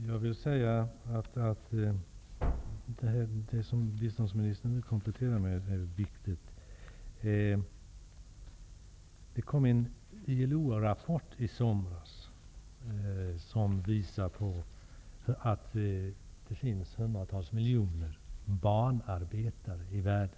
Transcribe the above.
Herr talman! Det som biståndsministern nu kompletterar med är viktigt. Det kom en ILO rapport i somras som visar på att det finns hundratals miljoner barnarbetare i världen.